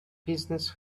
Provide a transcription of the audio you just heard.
business